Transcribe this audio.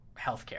healthcare